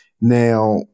Now